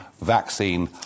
vaccine